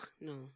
no